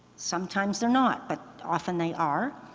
sometimes they're not, but often they are.